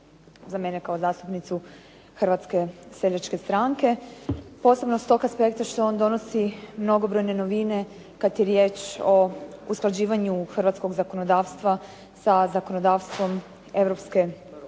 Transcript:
za mene kao zastupnicu Hrvatske seljačke stranke. Osobno s tog aspekta što on donosi mnogobrojne novine kada je riječ o usklađivanju hrvatskog zakonodavstva sa zakonodavstvom Europske unije.